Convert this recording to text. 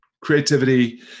creativity